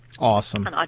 Awesome